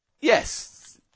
Yes